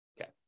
Okay